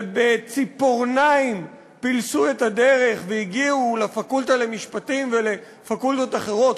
ובציפורניים פילסו את הדרך והגיעו לפקולטה למשפטים ולפקולטות אחרות.